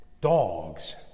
dogs